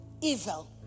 evil